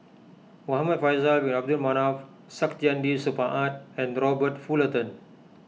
Muhamad Faisal Bin Abdul Manap Saktiandi Supaat and Robert Fullerton